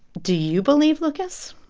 do you believe, lucas?